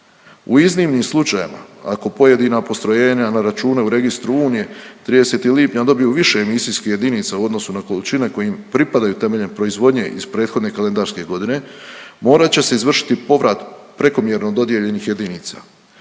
U iznimnim slučajevima, ako pojedina postrojenja na račune u registru Unije 30. lipnja dobiju više emisijskih jedinica u odnosu na količine koji im pripadaju temeljem proizvodnje iz prethodne kalendarske godine, morat će se izvršiti povrat prekomjerno dodijeljenih jedinica.